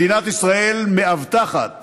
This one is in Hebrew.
מדינת ישראל מאבטחת